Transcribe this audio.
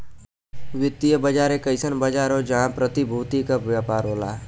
वित्तीय बाजार एक अइसन बाजार हौ जहां प्रतिभूति क व्यापार होला